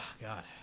God